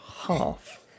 half